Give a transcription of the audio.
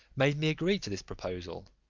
made me agree to this proposal,